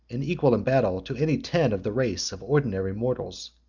and equal in battle to any ten of the race of ordinary mortals.